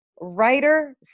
writer